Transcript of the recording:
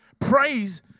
Praise